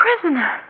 prisoner